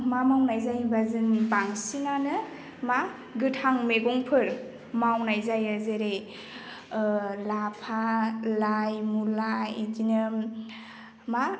मा मावनाय जायोबा जोंनि बांसिनआनो मा गोथां मैगंफोर मावनाय जायो जेरै लाफा लाइ मुला इदिनो मा